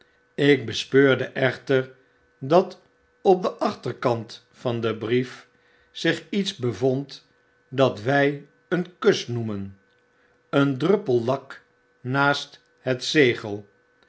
ik bespeurde echter dat op den achterkant van den brief zich iets bevond dat wij een kus noemen een druppel lak naast het zegel